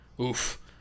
oof